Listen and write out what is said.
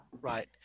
Right